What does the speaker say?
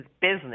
business